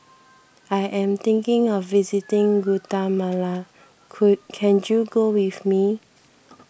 I am thinking of visiting Guatemala can you go with me